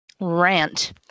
rant